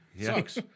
Sucks